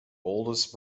oldest